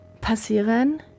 passieren